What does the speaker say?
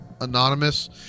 anonymous